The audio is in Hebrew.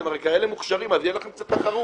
אתם הרי כאלה מוכשרים, אז תהיה לכם קצת תחרות.